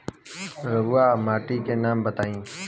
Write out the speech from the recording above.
रहुआ माटी के नाम बताई?